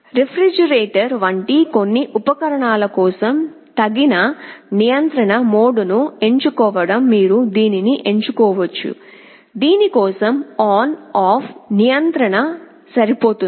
refrigerator వంటి కొన్ని ఉపకరణాల కోసం తగిన నియంత్రణ మోడ్ను ఎంచుకోవడానికి మీరు దీనిని ఎంచుకోవచ్చు దీని కోసం ఆన్ ఆఫ్ నియంత్రణ సరిపోతుంది